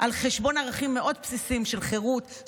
על חשבון ערכים מאוד בסיסיים של חירות,